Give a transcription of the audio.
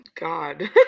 God